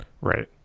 Right